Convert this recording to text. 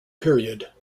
period